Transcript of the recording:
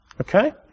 Okay